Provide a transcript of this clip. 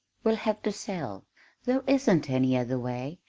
we'll have to sell there isn't any other way.